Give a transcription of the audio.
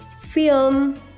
film